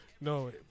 No